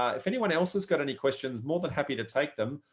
um if anyone else has got any questions more than happy to take them.